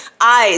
eyes